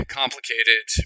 complicated